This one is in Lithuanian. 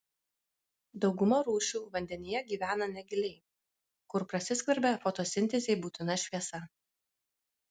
dauguma rūšių vandenyje gyvena negiliai kur prasiskverbia fotosintezei būtina šviesa